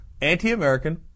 anti-American